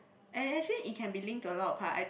and actually it can be linked to a lot of part I